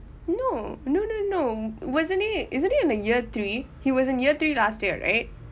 no no no no wasn't it isn't he in the year three he was in year three last year right